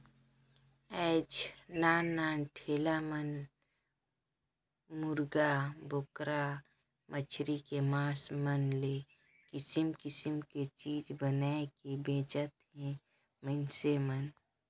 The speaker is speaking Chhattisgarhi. आयज नान नान ठेला मन मुरगा, बोकरा, मछरी के मास मन ले किसम किसम के चीज बनायके बेंचत हे मइनसे मन